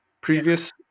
previous